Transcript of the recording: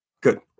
Good